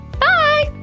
Bye